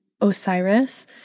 Osiris